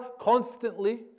constantly